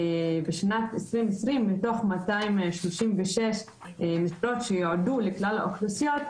בשנת 2020 מתוך 236 משרות שיועדו לכלל האוכלוסיות,